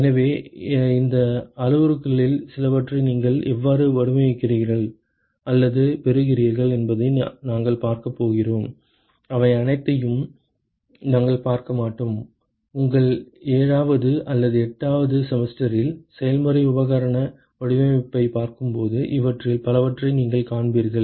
எனவே இந்த அளவுருக்களில் சிலவற்றை நீங்கள் எவ்வாறு வடிவமைக்கிறீர்கள் அல்லது பெறுகிறீர்கள் என்பதை நாங்கள் பார்க்கப் போகிறோம் அவை அனைத்தையும் நாங்கள் பார்க்க மாட்டோம் உங்கள் ஏழாவது அல்லது எட்டாவது செமஸ்டரில் செயல்முறை உபகரண வடிவமைப்பைப் பார்க்கும்போது இவற்றில் பலவற்றை நீங்கள் காண்பீர்கள்